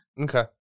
Okay